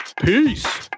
Peace